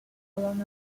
colonize